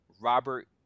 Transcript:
Robert